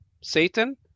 Satan